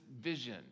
vision